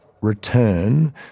return